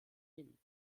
hin